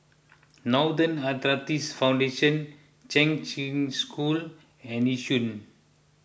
Arthritis Foundation Kheng Cheng School and Yishun